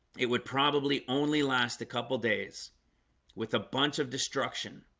it would probably only last a couple days with a bunch of destruction.